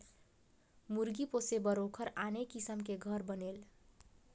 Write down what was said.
मुरगी पोसे बर ओखर आने किसम के घर बनेल